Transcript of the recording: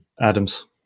Adams